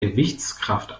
gewichtskraft